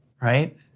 right